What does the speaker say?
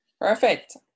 Perfect